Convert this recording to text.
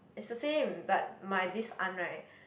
it's the same but my this aunt [right]